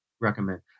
recommend